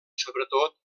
sobretot